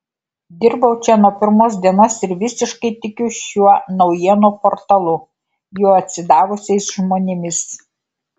dirbau čia nuo pirmos dienos ir visiškai tikiu šiuo naujienų portalu jo atsidavusiais žmonėmis